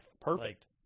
perfect